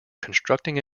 constructing